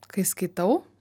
kai skaitau